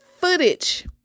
footage